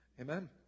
amen